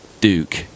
Duke